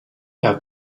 have